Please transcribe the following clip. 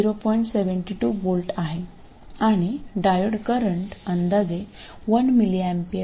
72V आहे आणि diode करंटअंदाजे 1mA आहे